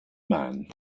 man